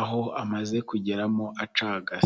aho amaze kugeramo acagase .